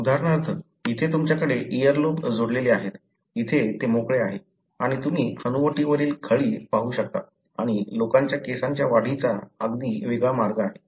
उदाहरणार्थ इथे तुमच्याकडे इयरलोब जोडलेले आहे इथे ते मोकळे आहे आणि तुम्ही हनुवटी वरील खळी पाहू शकता आणि लोकांच्या केसांच्या वाढीचा अगदी वेगळा मार्ग आहे